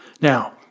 Now